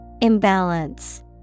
Imbalance